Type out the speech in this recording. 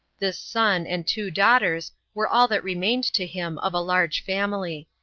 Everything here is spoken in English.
this son and two daughters were all that remained to him of a large family.